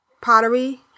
pottery